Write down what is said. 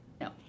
no